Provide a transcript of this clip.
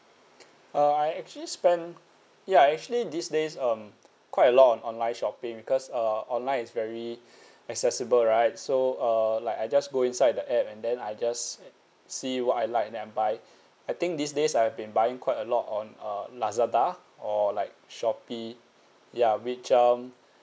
uh I actually spend ya actually these days um quite a lot on online shopping because uh online is very accessible right so err like I just go inside the app and then I just see what I like then I buy I think these days I've been buying quite a lot on uh lazada or like shopee ya which um